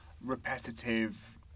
repetitive